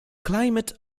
climate